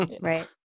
Right